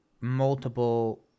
multiple